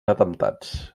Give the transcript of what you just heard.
atemptats